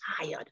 tired